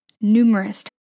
numerous